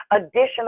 additional